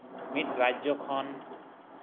ᱢᱤᱫ ᱨᱟᱡᱽᱡᱚ ᱠᱷᱚᱱ